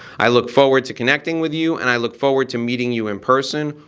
i look forward to connecting with you and i look forward to meeting you in person.